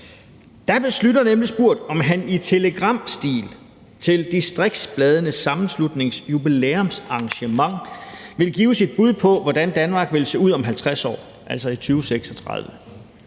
Der blev Schlüter nemlig spurgt, om han i telegramstil til Distriktsbladenes Sammenslutnings jubilæumsarrangement ville give sit bud på, hvordan Danmark ville se ud om 50 år, altså i 2036,